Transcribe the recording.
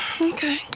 Okay